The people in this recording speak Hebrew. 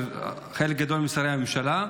של חלק גדול משרי הממשלה,